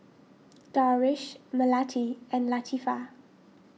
Darwish Melati and Latifa